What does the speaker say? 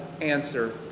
answer